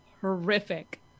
horrific